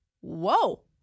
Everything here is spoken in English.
whoa